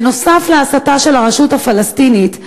נוסף על ההסתה של הרשות הפלסטינית,